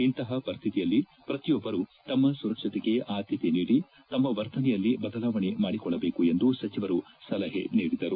ಇಂತಹ ಪರಿಸ್ವಿತಿಯಲ್ಲಿ ಪ್ರತಿಯೊಬ್ಬರೂ ತಮ್ಮ ಸುರಕ್ಷತೆಗೆ ಆದ್ದತೆ ನೀಡಿ ತಮ್ಮ ವರ್ತನೆಯಲ್ಲಿ ಬದಲಾವಣೆ ಮಾಡಿಕೊಳ್ಲಬೇಕು ಎಂದು ಸಚಿವರು ಸಲಹೆ ನೀಡಿದರು